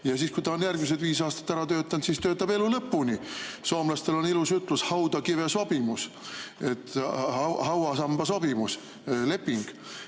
ja siis, kui ta on järgmised viis aastat ära töötanud, siis töötab elu lõpuni. Soomlastel on ilus väljendhautakivisopimusehk hauasambaleping.